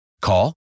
Call